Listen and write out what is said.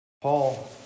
Paul